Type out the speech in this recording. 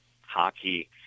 hockey